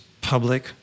public